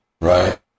Right